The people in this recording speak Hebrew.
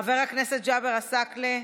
חבר הכנסת ג'אבר עסאקלה,